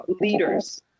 leaders